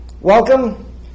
welcome